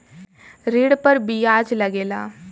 ऋण पर बियाज लगेला